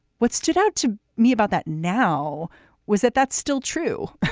what stood out to me about that now was that that's still true.